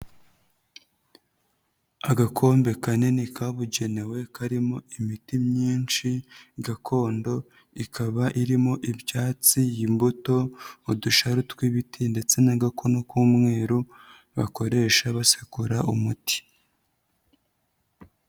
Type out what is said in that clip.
Agakombe kanini kabugenewe karimo imiti myinshi gakondo, ikaba irimo ibyatsi, imbuto udusharu tw'ibiti ndetse n'agakono k'umweru bakoresha basekura umuti.